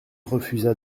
refusa